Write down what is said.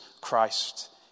Christ